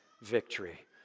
victory